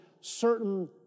certain